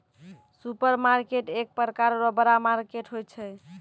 supermarket एक प्रकार रो बड़ा मार्केट होय छै